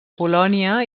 polònia